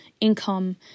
income